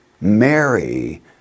Mary